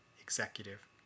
executive